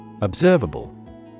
Observable